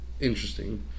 Interesting